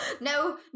no